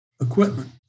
equipment